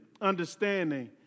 understanding